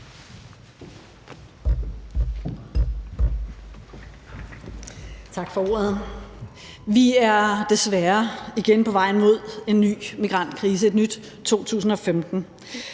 Tak for ordet. Vi er desværre igen på vej mod en ny migrantkrise, et nyt 2015.